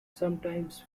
sometimes